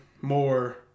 more